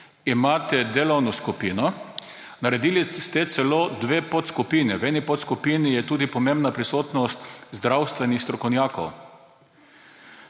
Imate delovno skupino, naredili ste celo dve podskupini. V eni podskupini je tudi pomembna prisotnost zdravstvenih strokovnjakov.